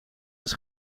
eens